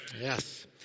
Yes